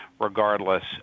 regardless